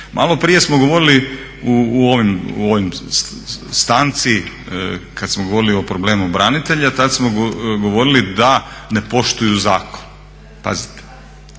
Maloprije smo govorili u ovoj stanci kad smo govorili o problemu branitelja tad smo govorili da ne poštuju zakon. Pazite,